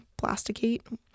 plasticate